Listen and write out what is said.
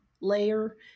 layer